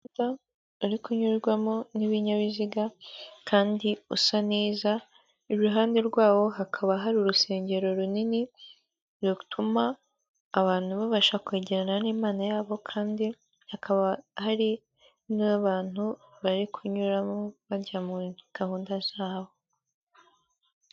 Umuhanda uri kunyurwamo n'ibinyabiziga kandi usa neza, iruhande rwawo hakaba hari urusengero runini, rutuma abantu babasha kwegerana n'Imana yabo kandi hakaba hari n'abantu bari kunyuramo, bajya muri gahunda zabo.